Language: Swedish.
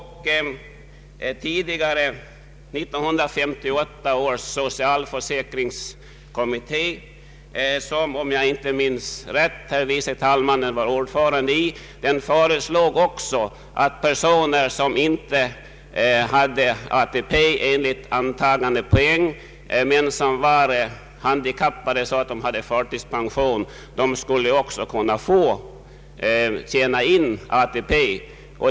1958 års = socialförsäkringskommitté, som — om jag inte missminner mig — herr förste vice talmannen var ordförande i, föreslog också att personer som inte hade ATP enligt antagandepoäng men som var handikappade så att de hade förtidspension också skulle kunna tjäna in ATP.